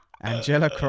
Angela